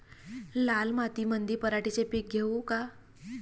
लाल मातीमंदी पराटीचे पीक घेऊ का?